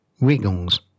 wiggles